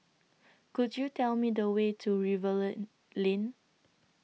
Could YOU Tell Me The Way to Rivervale Lane